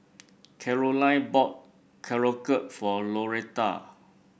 Caroline bought Korokke for Loretta